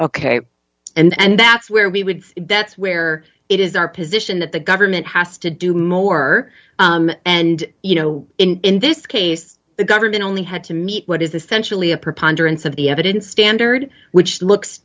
ok and that's where we would that's where it is our position that the government has to do more and you know in this case the government only had to meet what is essentially a preponderance of the evidence standard which looks